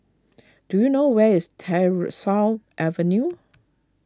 do you know where is Tyersall Avenue